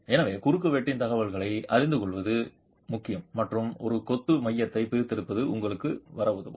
எனவே குறுக்குவெட்டின் தகவல்களை அறிந்து கொள்வது முக்கியம் மற்றும் ஒரு கொத்து மையத்தை பிரித்தெடுப்பது உங்களுக்கு வர உதவும்